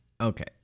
Okay